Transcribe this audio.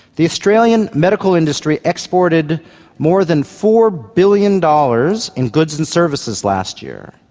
the australian medical industry exported more than four billion dollars in goods and services last year.